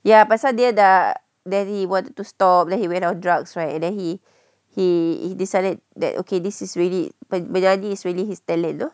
ya pasal dia dah then he wanted to stop then he went off drugs right then he he he decided that okay this is really menyanyi is really his talent you know